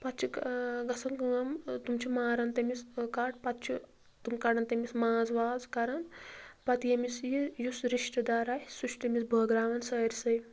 پَتہٕ چھِ گژھان کٲم تِم چھِ ماران تٔمِس کَٹھ پَتہٕ چھُ تِم کَڈان تٔمِس ماز واز کَران پَتہٕ یٔمِس یہِ یُس رِشتہٕ دار آسہِ سُہ چھِ تٔمِس بٲگراوان سٲرۍ سٕے